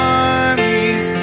armies